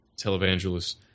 televangelists